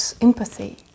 empathy